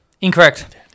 Incorrect